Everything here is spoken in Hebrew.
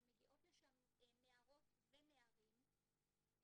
שמגיעים לשם נערות ונערים,